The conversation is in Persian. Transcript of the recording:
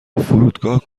فرودگاه